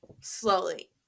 slowly